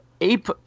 ape